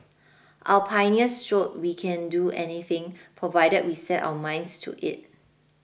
our pioneers showed we can do anything provided we set our minds to it